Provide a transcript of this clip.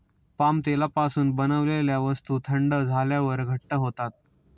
palm तेलापासून बनवलेल्या वस्तू थंड झाल्यावर घट्ट होतात